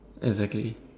exactly